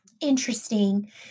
interesting